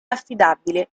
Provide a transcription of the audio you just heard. affidabile